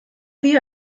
hier